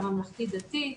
והממלכתי דתי.